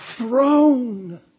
throne